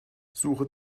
suche